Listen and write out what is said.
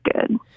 good